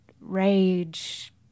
rage